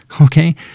okay